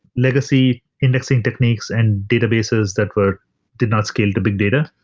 legacy indexing techniques and databases that were did not scale to big data.